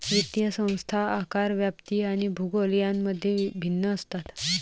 वित्तीय संस्था आकार, व्याप्ती आणि भूगोल यांमध्ये भिन्न असतात